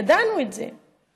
ידענו את זה.